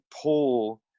pull